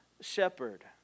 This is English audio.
shepherd